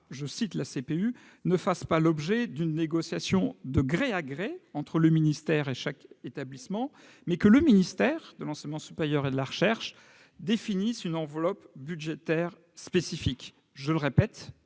prolongation ne fassent pas l'objet d'une négociation « de gré à gré » entre le ministère et chaque établissement ; elle souhaite que le ministère de l'enseignement supérieur et de la recherche définisse une enveloppe budgétaire spécifique. Encore